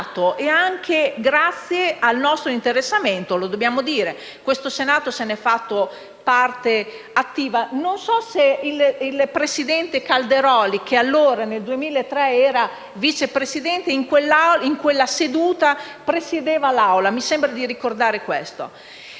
grazie al nostro interessamento. Lo dobbiamo dire: questo Senato se n'è fatto parte attiva. Non so se il presidente Calderoli, che nel 2003 era vice presidente, presiedesse quella seduta l'Aula. Mi sembra di ricordare questo.